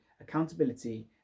accountability